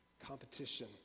competition